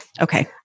Okay